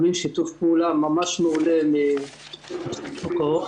אני רוצה לעבור לממונה על שוק ההון,